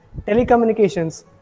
telecommunications